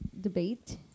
debate